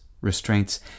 restraints